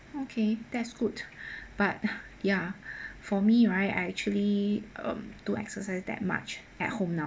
okay that's good but ya for me right I actually um do exercise that much at home now